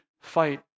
fight